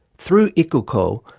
through ikuko,